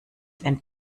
wenn